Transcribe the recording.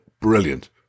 brilliant